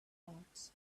arts